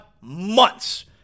months